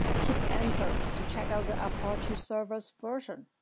hit enter to check out the apache server so version,